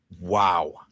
Wow